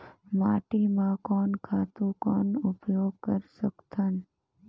माटी म कोन खातु कौन उपयोग कर सकथन?